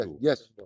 Yes